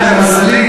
למזלי,